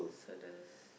so the